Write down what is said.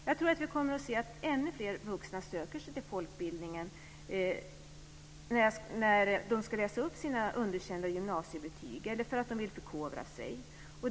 Jag tror att vi kommer att se att ännu fler vuxna söker sig till folkbildningen när de ska läsa upp sina underkända gymnasiebetyg eller för att de vill förkovra sig.